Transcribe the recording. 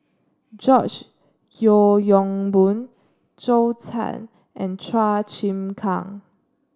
George Yeo Yong Boon Zhou Can and Chua Chim Kang